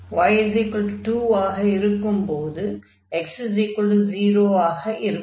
y2 ஆக இருக்கும்போது x0 ஆக இருக்கும்